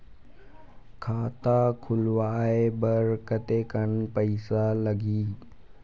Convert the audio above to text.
खाता खुलवाय बर कतेकन पईसा लगही?